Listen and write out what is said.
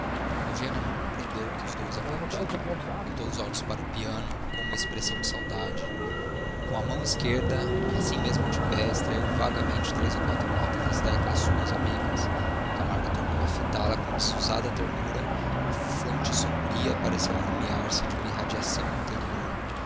eugênia não compreendeu o que os dois haviam dito voltou os olhos para o piano com uma expressão de saudade com a mão esquerda assim mesmo de pé extraiu vagamente três ou quatro notas das teclas suas amigas camargo tornou a fitá la com desusada ternura a fronte sombria pareceu alumiar se de uma irradiação interior